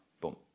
Boom